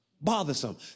Bothersome